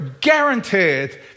guaranteed